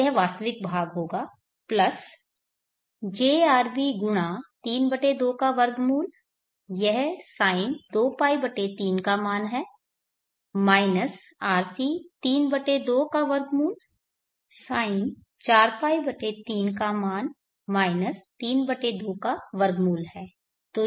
तो यह वास्तविक भाग होगा प्लस jrb × √32 यह sin2π3 का मान है माइनस rc √32 sin4π3 का मान √3 2 है